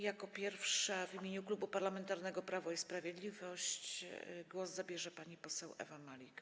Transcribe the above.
Jako pierwsza, w imieniu Klubu Parlamentarnego Prawo i Sprawiedliwość, głos zabierze pani poseł Ewa Malik.